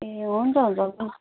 ए हुन्छ हुन्छ